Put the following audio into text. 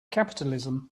capitalism